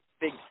big